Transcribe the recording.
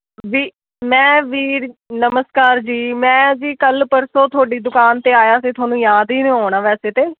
ਜੀ ਮੈਂ ਵੀਰ ਨਮਸਕਾਰ ਜੀ ਮੈਂ ਜੀ ਕੱਲ੍ਹ ਪਰਸੋਂ ਤੁਹਾਡੀ ਦੁਕਾਨ 'ਤੇ ਆਇਆ ਸੀ ਤੁਹਾਨੂੰ ਯਾਦ ਹੀ ਨਹੀਂ ਹੋਣਾ ਵੈਸੇ ਤਾਂ